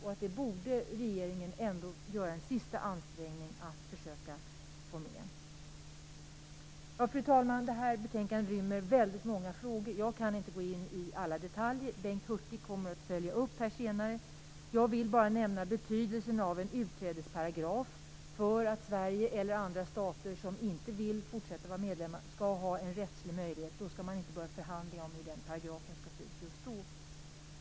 Regeringen borde ändå göra en sista ansträngning för att försöka att få med det. Det här betänkandet rymmer väldigt många frågor. Jag kan inte gå in på alla i detalj. Bengt Hurtig kommer senare att följa upp det som jag har sagt. Jag vill bara nämna betydelsen av en utträdesparagraf för att Sverige eller andra stater som inte vill fortsätta att vara medlemmar skall ha en rättslig möjlighet till utträde. Då skall man inte behöva förhandla om hur den paragrafen skall se ut just då.